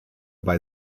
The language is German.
bei